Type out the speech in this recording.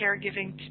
caregiving